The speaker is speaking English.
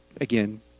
again